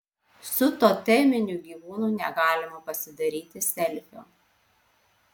su toteminiu gyvūnu negalima pasidaryti selfio